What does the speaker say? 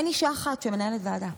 אין אישה אחת שמנהלת ועדה,